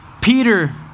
Peter